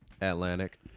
Atlantic